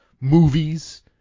movies